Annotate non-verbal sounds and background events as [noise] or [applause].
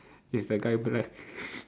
is that guy black [laughs]